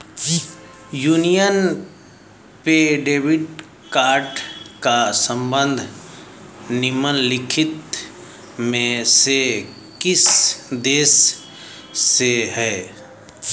Union Pay debit card का संबंध निम्नलिखित में से किस देश से है?